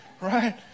right